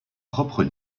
propres